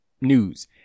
news